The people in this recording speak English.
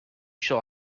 shall